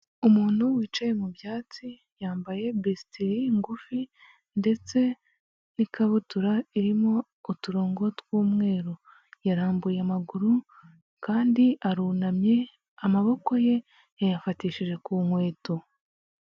Umuntu wicaye mu byatsi yambaye bisiteri ngufi ndetse n'ikabutura irimo uturongo tw'umweru, yarambuye amaguru kandi arunamye, amaboko ye yayafatishije ku nkweto.